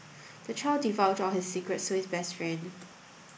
the child divulged all his secrets to his best friend